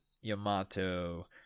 Yamato